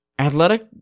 Athletic